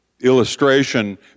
illustration